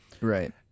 Right